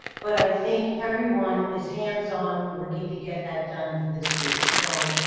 but i think everyone is hands on working to get that done for this week. so